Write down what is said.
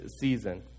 season